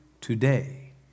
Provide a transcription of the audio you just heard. today